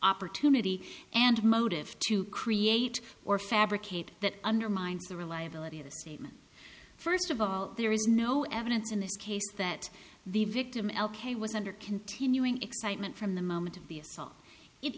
opportunity and motive to create or fabricate that undermines the reliability of the statement first of all there is no evidence in this case that the victim l k was under continuing excitement from the moment of